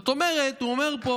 הוא אומר פה